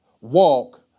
walk